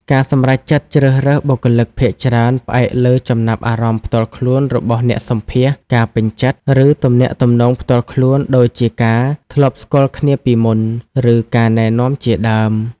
ការសម្រេចចិត្តជ្រើសរើសបុគ្គលិកភាគច្រើនផ្អែកលើចំណាប់អារម្មណ៍ផ្ទាល់ខ្លួនរបស់អ្នកសម្ភាសន៍ ការពេញចិត្ត ឬទំនាក់ទំនងផ្ទាល់ខ្លួន ដូចជាការធ្លាប់ស្គាល់គ្នាពីមុន ឬការណែនាំជាដើម។